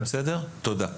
תודה.